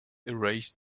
erased